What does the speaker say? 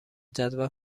جدول